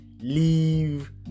leave